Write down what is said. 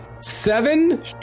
Seven